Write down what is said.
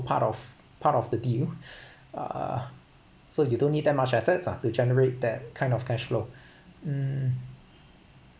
part of part of the deal uh so you don't need that much assets ah to generate that kind of cash flow mm